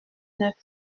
neuf